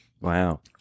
Wow